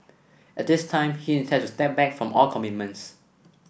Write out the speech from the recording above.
at this time he intends to step back from all commitments